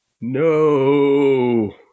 No